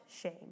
shame